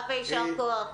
תודה ויישר כוח.